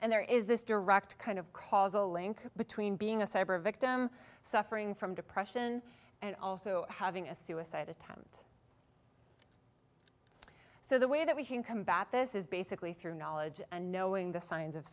and there is this direct kind of causal link between being a cyber victim suffering from depression and also having a suicide attempt so the way that we can combat this is basically through knowledge and knowing the signs of